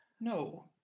No